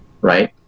right